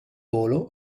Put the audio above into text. volo